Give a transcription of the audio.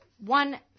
one